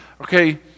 okay